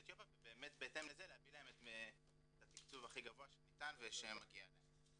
אתיופיה ובאמת בהתאם לזה להביא להם את התקצוב הכי גבוה שניתן ושמגיע להם.